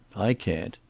i can't.